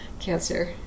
Cancer